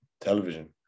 television